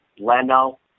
Leno